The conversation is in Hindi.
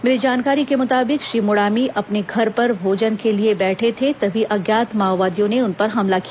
मिली जानकारी के मुताबिक श्री मुड़ामी अपने घर पर भोजन के लिए बैठे थे तभी अज्ञात माओवादियों ने उन पर हमला किया